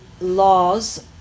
laws